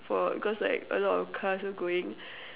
for cause like a lot of cars were going